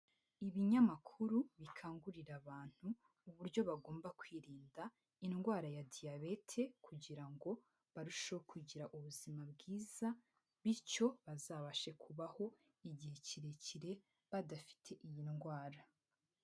Ibinyamakuru bikangurira abantu uburyo bagomba kwirinda indwaraya diyabeti, kugira ngo barusheho kugira buzima bwiza, bityo bazabashe kubaho igihe kirekire badafite iyi ndwara.